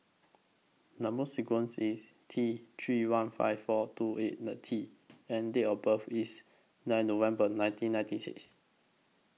Number sequence IS T three one five four two eight nine T and Date of birth IS nine November nineteen ninety six